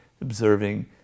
observing